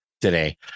today